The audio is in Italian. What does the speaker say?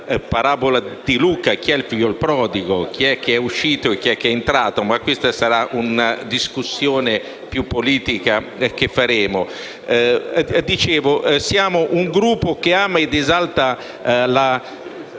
parabola di Luca, chi è il figliol prodigo, chi è che è uscito e chi è che è entrato, ma questa sarà una discussione più politica che faremo. Siamo un Gruppo che ama ed esalta la